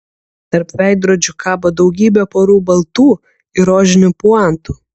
tarp veidrodžių kabo daugybė porų baltų ir rožinių puantų